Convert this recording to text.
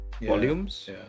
volumes